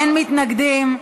אין מתנגדים.